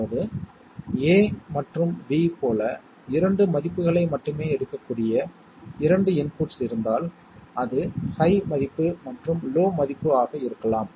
எனவே A என்பது 1 B என்பது 1 C என்பது 1 சம் இன் 1வது சொல் 1 ஐ வழங்கப்போகிறது